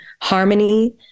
harmony